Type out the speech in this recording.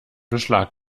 beschlag